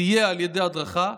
סייע על ידי הדרכה,